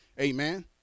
amen